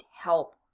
help